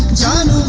john